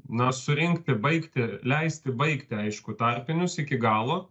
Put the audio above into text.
na surinkti baigti leisti baigti aišku tarpinius iki galo